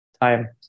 time